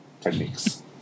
techniques